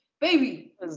baby